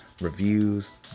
reviews